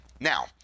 now